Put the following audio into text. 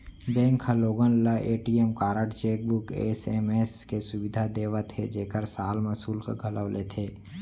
bank ह लोगन ल ए.टी.एम कारड, चेकबूक, एस.एम.एस के सुबिधा देवत हे जेकर साल म सुल्क घलौ लेथे